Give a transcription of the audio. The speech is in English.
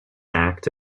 act